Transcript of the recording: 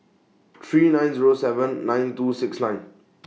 three nine Zero seven nine two six nine